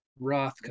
Rothko